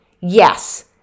Yes